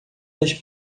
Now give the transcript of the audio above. das